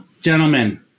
gentlemen